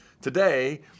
today